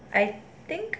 I think